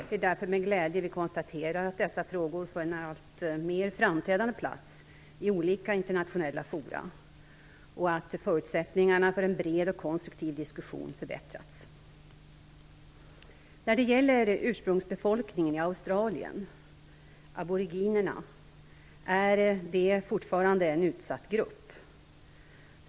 Det är därför med glädje vi konstaterar att dessa frågor får en alltmer framträdande plats i olika internationella fora och att förutsättningarna för en bred och konstruktiv diskussion förbättrats. När det gäller ursprungsbefolkningen i Australien, aboriginerna, är det fortfarande en utsatt grupp.